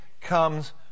comes